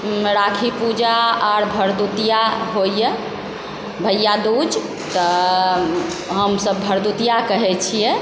राखी पूजा आओर भरदुतिया होइए भैया दूज तऽ हम सब भरदुतिया कहै छियै